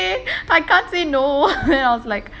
okay I can't say no then ரொம்ப தூரமா:romba thooramaa